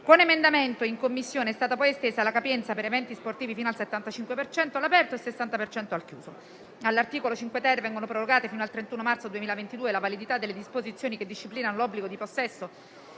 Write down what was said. un emendamento in Commissione è stata poi estesa la capienza per eventi sportivi fino al 75 per cento all'aperto e al 60 per cento al chiuso. All'articolo 5-*ter* viene prorogata fino al 31 marzo 2022 la validità delle disposizioni che disciplinano l'obbligo di possesso